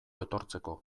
etortzeko